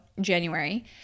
January